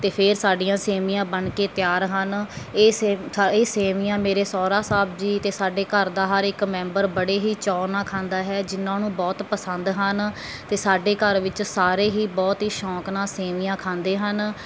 ਅਤੇ ਫਿਰ ਸਾਡੀਆਂ ਸੇਮੀਆਂ ਬਣ ਕੇ ਤਿਆਰ ਹਨ ਇਹ ਸੇਮ ਇਹ ਸੇਮੀਆਂ ਮੇਰੇ ਸਹੁਰਾ ਸਾਹਿਬ ਜੀ ਅਤੇ ਸਾਡੇ ਘਰ ਦਾ ਹਰ ਇੱਕ ਮੈਂਬਰ ਬੜੇ ਹੀ ਚਾਅ ਨਾਲ ਖਾਂਦਾ ਹੈ ਜਿਹਨਾਂ ਨੂੰ ਬਹੁਤ ਪਸੰਦ ਹਨ ਅਤੇ ਸਾਡੇ ਘਰ ਵਿੱਚ ਸਾਰੇ ਹੀ ਬਹੁਤ ਹੀ ਸ਼ੌਕ ਨਾਲ ਸੇਮੀਆਂ ਖਾਂਦੇ ਹਨ